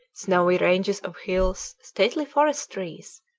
snowy ranges of hills, stately forest trees,